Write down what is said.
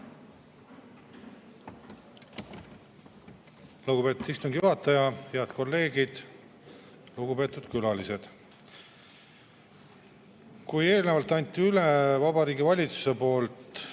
Lugupeetud istungi juhataja! Head kolleegid! Lugupeetud külalised! Kui eelnevalt andis üle Vabariigi Valitsus